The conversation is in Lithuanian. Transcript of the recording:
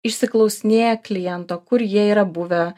išsiklausinėja kliento kur jie yra buvę